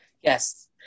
yes